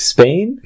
Spain